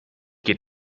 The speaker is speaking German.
geht